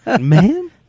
Man